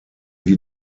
wie